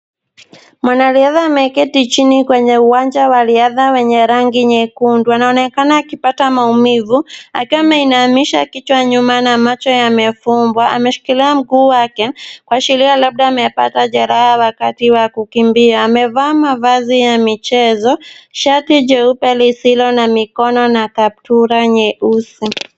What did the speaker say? Mwanariadha ameketi chini kwenye uwanja wa riadha yeye rangi nyekundu. Anaonekana akioata maumivu akiwa ameinamisha kichwa nyuma na macho ameyafumba. Ameshikilia mguu wake kuashiria labda amepata jeraha wakati wa kukimbia. Amevaa mavazi ya michezo shati jeupe lisilo na mikono na kaptura nyeusi.